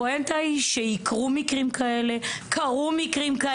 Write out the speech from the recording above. הפואנטה היא שייקרו מקרים כאלה, קרו מקרים כאלה.